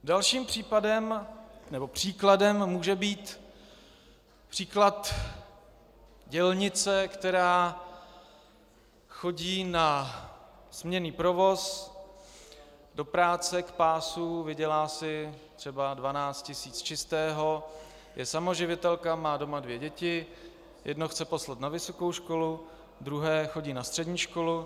Dalším příkladem může být příklad dělnice, která chodí na směnný provoz do práce k pásu, vydělá si třeba 12 tisíc čistého, je samoživitelka, má doma dvě děti, jedno chce poslat na vysokou školu, druhé chodí na střední školu.